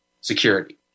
security